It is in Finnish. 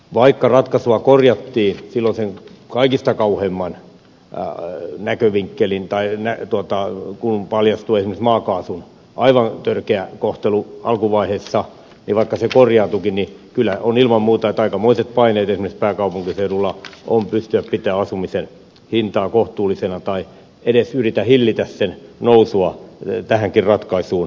vaikka ratkaisua korjattiin filosan kaikista kauheimman aallot näkövinkkelin tai ne silloin kun paljastui esimerkiksi maakaasun aivan törkeä kohtelu alkuvaiheessa vaikka se korjaantuikin niin kyllä ilman muuta aikamoiset paineet esimerkiksi pääkaupunkiseudulla on pystyä pitämään asumisen hintaa kohtuullisena tai edes yrittää hillitä sen nousua tähänkin ratkaisuun liittyen